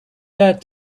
that